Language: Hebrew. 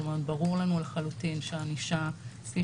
זאת אומרת ברור לנו לחלוטין שהענישה כפי